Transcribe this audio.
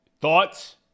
Thoughts